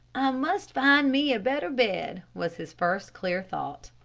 must find me a better bed, was his first clear thought.